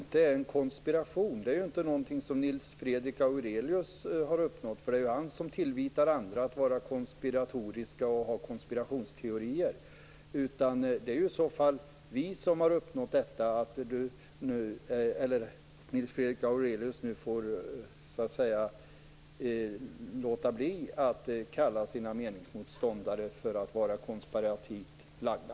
Herr talman! Att det inte var en konspiration är ju inte någonting som Nils Fredrik Aurelius har konstaterat. Det är ju han som tillvitar andra att vara konspiratoriska och ha konspirationsteorier. Det är i så fall vi som har uppnått att Nils Fredrik Aurelius nu får låta bli att beskylla sina meningsmotståndare för att vara konspirativt lagda.